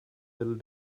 little